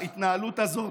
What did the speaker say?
ההתנהלות הזאת,